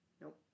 Nope